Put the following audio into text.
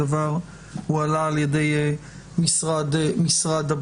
הדבר הועלה על ידי משרד הבריאות.